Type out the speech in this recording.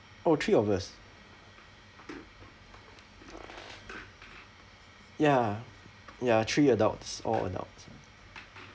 oh three of us ya ya three adults all adults